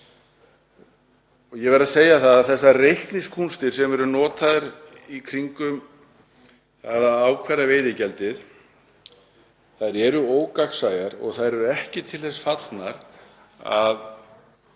Ég verð að segja að þessar reikningskúnstir sem eru notaðar í kringum það að ákvarða veiðigjaldið eru ógagnsæjar og þær eru ekki til þess fallnar að